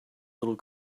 little